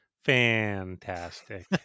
fantastic